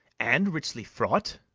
and richly fraught?